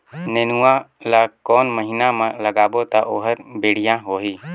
नेनुआ ला कोन महीना मा लगाबो ता ओहार बेडिया होही?